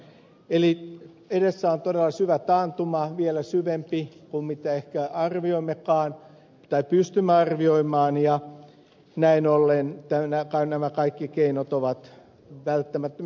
edessä on todella syvä taantuma vielä syvempi kuin ehkä arvioimmekaan tai pystymme arvioimaan ja näin ollen nämä kaikki keinot ovat välttämättömiä